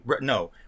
No